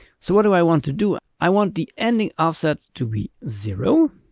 so what do i want to do, i want the ending offset to be zero,